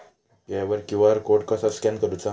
UPI वर QR code कसा scan करूचा?